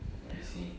I see